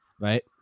Right